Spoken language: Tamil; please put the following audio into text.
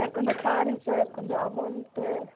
சார் கொஞ்சம் பாருங்க சார் கொஞ்சம் அமௌன்ட்டு